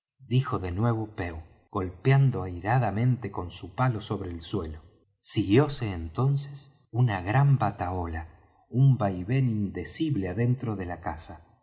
dijo de nuevo pew golpeando airadamente con su palo sobre el suelo siguióse entonces una gran batahola un vaivén indecible adentro de la casa